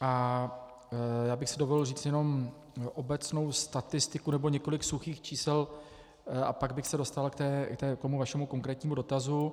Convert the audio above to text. A já bych si dovolil říct jenom obecnou statistiku nebo několik suchých čísel a pak bych se dostal k tomu vašemu konkrétnímu dotazu.